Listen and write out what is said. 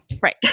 Right